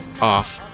off